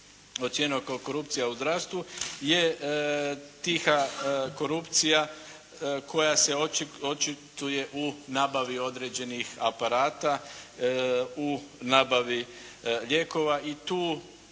ocjenjeno kao korupcija u zdravstvu je tiha korupcija koja se očituje u nabavi određenih aparata u nabavi lijekova i tu